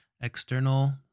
external